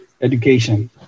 education